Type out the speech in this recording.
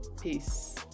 Peace